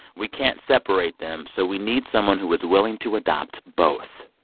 we can't separate them, so we need someone who is willing to adopt both.